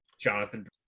Jonathan